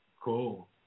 Cool